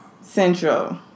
Central